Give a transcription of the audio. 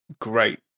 great